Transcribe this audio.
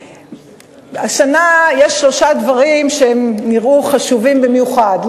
השנה יש שלושה דברים שנראו חשובים במיוחד.